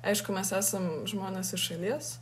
aišku mes esam žmonės iš šalies